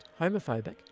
homophobic